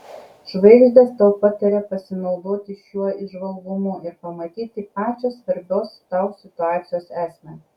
žvaigždės tau pataria pasinaudoti šiuo įžvalgumu ir pamatyti pačią svarbios tau situacijos esmę